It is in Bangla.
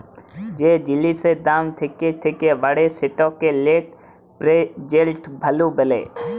যে জিলিসের দাম থ্যাকে থ্যাকে বাড়ে সেটকে লেট্ পেরজেল্ট ভ্যালু ব্যলে